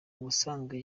ubusanzwe